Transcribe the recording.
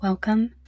Welcome